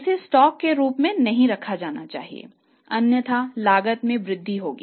उन्हें स्टॉक के रूप में नहीं रखा जाना चाहिए अन्यथा लागत में वृद्धि होगी